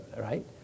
right